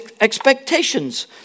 expectations